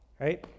right